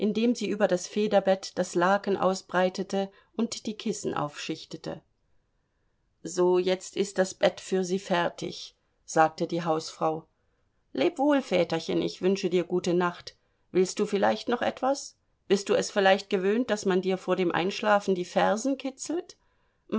indem sie über das federbett das laken ausbreitete und die kissen aufschichtete so jetzt ist das bett für sie fertig sagte die hausfrau leb wohl väterchen ich wünsche dir gute nacht willst du vielleicht noch etwas bist du es vielleicht gewöhnt daß man dir vor dem einschlafen die fersen kitzelt